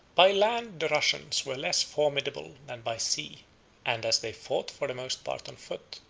by land the russians were less formidable than by sea and as they fought for the most part on foot,